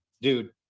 dude